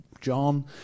John